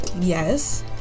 Yes